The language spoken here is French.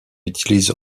utilise